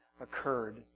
occurred